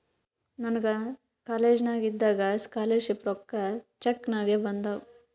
ನನಗ ಕಾಲೇಜ್ನಾಗ್ ಇದ್ದಾಗ ಸ್ಕಾಲರ್ ಶಿಪ್ ರೊಕ್ಕಾ ಚೆಕ್ ನಾಗೆ ಬಂದಾವ್